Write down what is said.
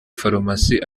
farumasi